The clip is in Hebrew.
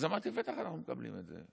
אז אמרתי: בטח שאנחנו מקבלים את זה,